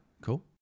Cool